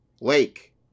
Lake